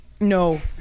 No